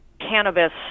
cannabis